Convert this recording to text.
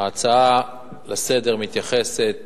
ההצעה לסדר-היום מתייחסת